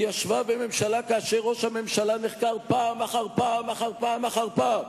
היא ישבה בממשלה כאשר ראש הממשלה נחקר פעם אחר פעם אחר פעם אחר פעם.